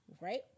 Right